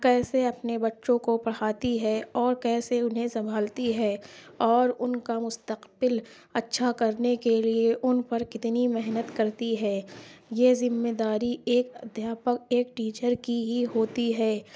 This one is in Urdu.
کیسے اپنے بچوں کو پڑھاتی ہے اور کیسے انہیں سنبھالتی ہے اور ان کا مستقبل اچھا کرنے کے لیے ان پر کتنی محنت کرتی ہے یہ ذمے داری ایک ادھیاپک ایک ٹیچر کی ہی ہوتی ہے